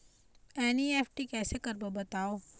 NEFT कैसे करबो बताव?